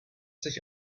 sich